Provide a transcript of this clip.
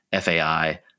FAI